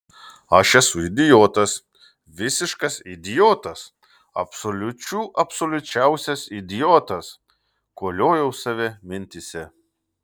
aš esu idiotas visiškas idiotas absoliučių absoliučiausias idiotas koliojau save mintyse